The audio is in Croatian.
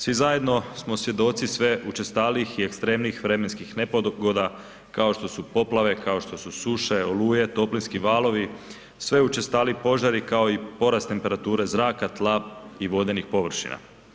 Svi zajedno smo svjedoci sve učestalijih i ekstremnijih vremenskih nepogoda kao što su poplave, kao što su suše, oluje, toplinski valovi, sve učestaliji požari kao i porast temperature zraka, tla i vodenih površina.